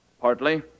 Partly